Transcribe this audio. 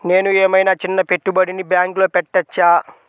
నేను ఏమయినా చిన్న పెట్టుబడిని బ్యాంక్లో పెట్టచ్చా?